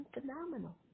phenomenal